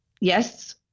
Yes